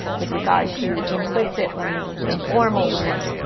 with regard to implicit learning, informal learning,